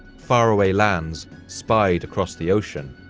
faraway lands spied across the ocean,